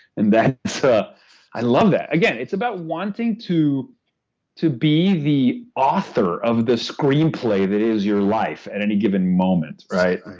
and so i love that. again, it's about wanting to to be the author of the screenplay that is your life at any given moment. right.